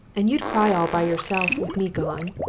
and you'd cry all by yourself with me gone.